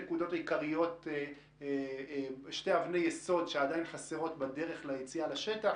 שתי אבני יסוד שעדיין חסרות בדרך ליציאה לשטח.